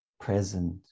present